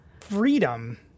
freedom